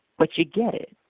but you get it.